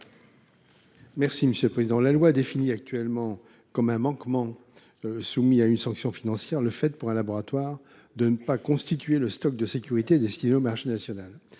est à M. Alain Milon. La loi définit actuellement comme un manquement soumis à sanction financière le fait pour un laboratoire de ne pas constituer le stock de sécurité destiné au marché national.